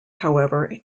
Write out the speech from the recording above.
however